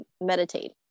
meditate